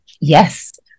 yes